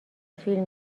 فیلم